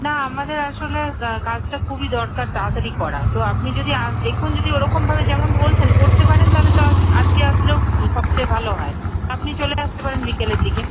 না আমাদের আসলে কাজটা খুবই দরকার তাড়াতাড়ি করার তো আপনি যদি দেখুন যদি ওরকম ভাবে যেমন বলছেন করতে পারেন তাহলে তো আজকে আসলেও সবচেয়ে ভালো হয় আপনি চলে আসতে পারেন বিকেলের দিকে